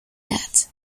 that